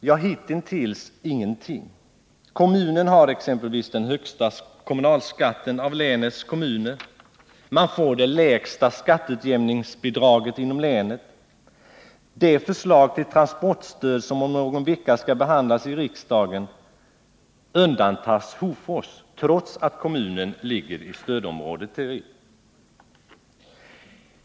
Ja, hitintills inga alls. Kommunen har exempelvis den högsta kommunalskatten av länets kommuner, och den får det lägsta skatteutjämningsbidraget inom länet. I det förslag till transportstöd som om någon vecka skall behandlas i riksdagen undantas Hofors från sådant stöd, trots att kommunen ligger i stödområde 3.